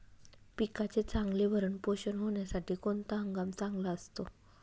पिकाचे चांगले भरण पोषण होण्यासाठी कोणता हंगाम चांगला असतो?